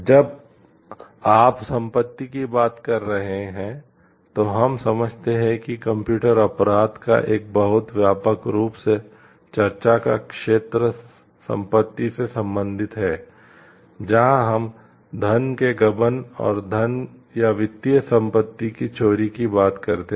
जब आप संपत्ति की बात कर रहे हैं तो हम समझते हैं कि कंप्यूटर अपराध का एक बहुत व्यापक रूप से चर्चा का क्षेत्र संपत्ति से संबंधित है जहां हम धन के गबन और धन या वित्तीय संपत्ति की चोरी की बात करते हैं